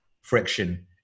friction